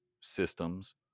systems